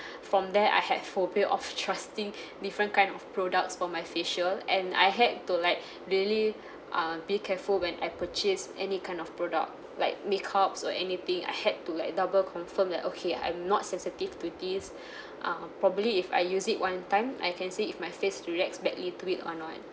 from there I have phobia of trusting different kind of products for my facial and I had to like really uh be careful when I purchase any kind of product like make-ups or anything I had to like double confirm that okay I'm not sensitive to these um probably if I use it one time I can see if my face to reacts badly to it or not